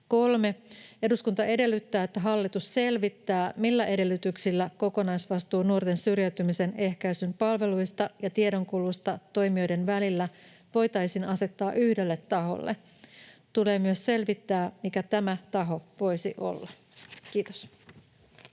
3. Eduskunta edellyttää, että hallitus selvittää, millä edellytyksillä kokonaisvastuu nuorten syrjäytymisen ehkäisyn palveluista ja tiedonkulusta toimijoiden välillä voitaisiin asettaa yhdelle taholle. Tulee myös selvittää mikä tämä taho voisi olla.” — Kiitos.